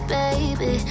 baby